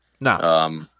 No